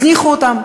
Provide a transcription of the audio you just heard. הזניחו אותם.